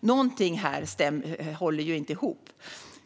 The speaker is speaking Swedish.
Någonting här håller inte ihop.